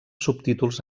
subtítols